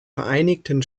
vereinigten